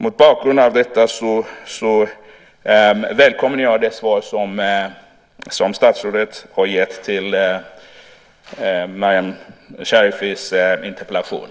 Mot bakgrund av detta välkomnar jag det svar som statsrådet har gett på Mariam Sherifays interpellation.